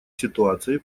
ситуацией